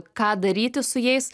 ką daryti su jais